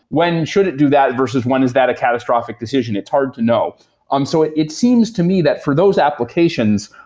when should it do that, versus when is that a catastrophic decision, it's hard to know um so it it seems to me that for those applications,